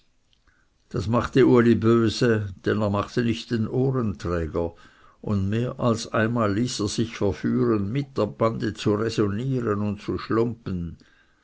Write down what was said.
das machte uli böse denn er machte nicht den ohrenträger und mehr als einmal ließ er sich verführen mit der bande zu räsonieren und zu schlumpen